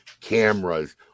cameras